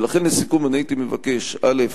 ולכן, לסיכום, אני הייתי מבקש, א.